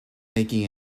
making